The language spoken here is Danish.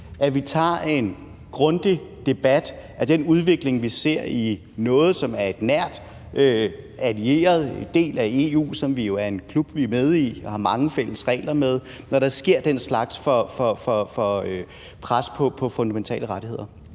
at vi tager en grundig debat af den udvikling, vi ser i et land, som er en nær allieret og en del af EU, som jo er en klub, vi er med i, og som vi har mange fælles regler med, når der sker den slags pres på fundamentale rettigheder?